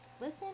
listen